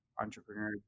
entrepreneur